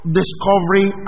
discovery